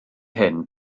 hyn